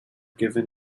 given